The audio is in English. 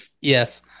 Yes